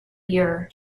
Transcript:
year